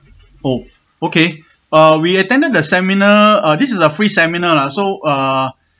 oh okay uh we attended the seminar uh this is a free seminar lah so uh